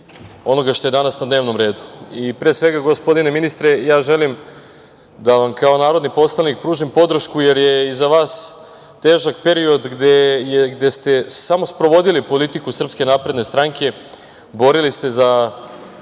onoga što je danas na dnevnom redu. Pre svega, gospodine ministre, želim da vam kao narodni poslanik pružim podršku jer je iza vas težak period gde ste samo sprovodili politiku SNS, borili se za